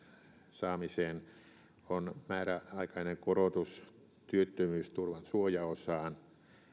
saamiseen ovat määräaikainen korotus työttömyysturvan suojaosaan